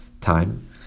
time